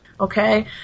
okay